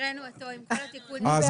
הקראנו עם כל התיקונים.